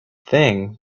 thing